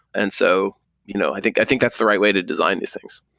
and so you know i think i think that's the right way to design these things.